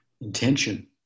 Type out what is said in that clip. intention